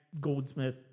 goldsmith